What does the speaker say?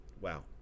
Wow